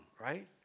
right